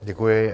Děkuji.